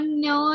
no